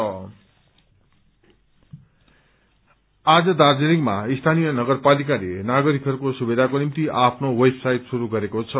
देव साइट आज दार्जीलिङमा स्थानीय नगरपालिकाले नागरिकहरूको सुविधाको निम्ति आफ्नो वेब साइट श्रुरू गरेको छ